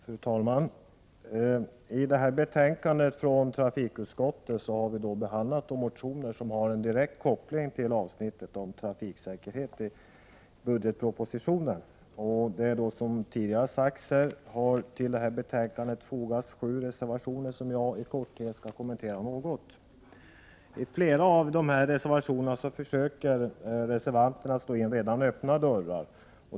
Fru talman! I detta betänkande har trafikutskottet behandlat de motioner som har en direkt koppling till avsnittet om trafiksäkerhet i budgetpropositionen. Som tidigare sagts har till betänkandet fogats sju reservationer, som jag i korthet skall kommentera. I flera av reservationerna försöker reservanterna slå in redan öppna dörrar.